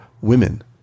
women